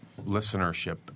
listenership